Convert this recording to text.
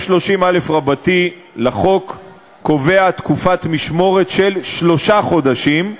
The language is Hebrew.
30א לחוק קובע תקופת משמורת של שלושה חודשים,